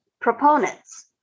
proponents